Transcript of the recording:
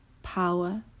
Power